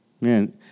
Man